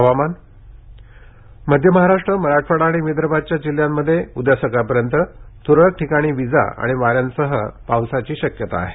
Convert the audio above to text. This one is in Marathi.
हवामान मध्य महाराष्ट्र मराठवाडा आणि विदर्भाच्या जिल्ह्यांमध्ये उद्या सकाळपर्यंत त्रळक ठिकाणी विजा आणि वाऱ्यासह पावसाची शक्यता आहे